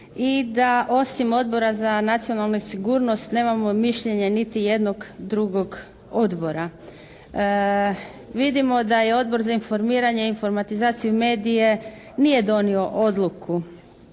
i da osim Odbora za nacionalnu sigurnost nemamo mišljenje niti jednog drugog odbora. Vidimo da je Odbor za informiranje, informatizaciju i medije nije donio odluku